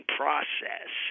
process